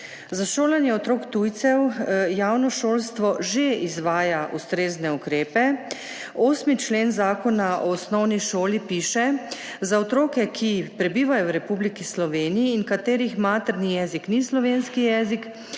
Za šolanje otrok tujcev javno šolstvo že izvaja ustrezne ukrepe. 8. člen Zakona o osnovni šoli piše: »Za otroke, ki prebivajo v Republiki Sloveniji in katerih materni jezik ni slovenski jezik,